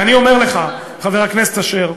ואני אומר לך, חבר הכנסת אשר: